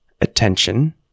attention